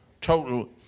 total